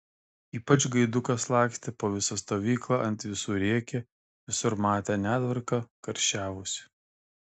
ypač gaidukas lakstė po visą stovyklą ant visų rėkė visur matė netvarką karščiavosi